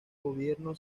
gobierno